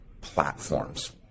platforms